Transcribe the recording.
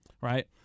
right